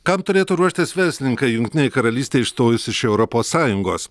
kam turėtų ruoštis verslininkai jungtinei karalystei išstojus iš europos sąjungos